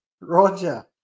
Roger